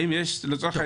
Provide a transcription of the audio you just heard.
האם יש עולים?